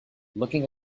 looking